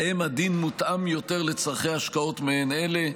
שבהם הדין מותאם יותר לצרכי השקעות מעין אלה,